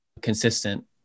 consistent